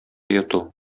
йоту